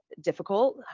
difficult